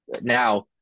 now